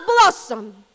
blossom